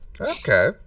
okay